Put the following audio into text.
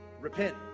Repent